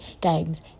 games